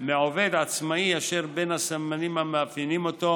מעובד עצמאי, אשר בין הסממנים המאפיינים אותו: